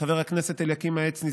חבר הכנסת לשעבר אליקים העצני,